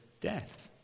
death